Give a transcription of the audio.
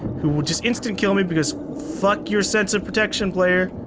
who will just instant kill me because fuck your sense of protection player.